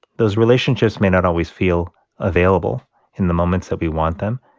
those relationships may not always feel available in the moments that we want them,